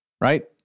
right